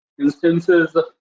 instances